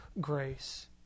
grace